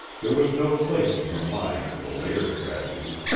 there was no place in her mind for the later tragedy.